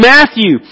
Matthew